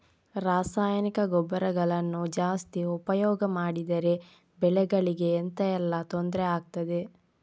ರಾಸಾಯನಿಕ ಗೊಬ್ಬರಗಳನ್ನು ಜಾಸ್ತಿ ಉಪಯೋಗ ಮಾಡಿದರೆ ಬೆಳೆಗಳಿಗೆ ಎಂತ ಎಲ್ಲಾ ತೊಂದ್ರೆ ಆಗ್ತದೆ?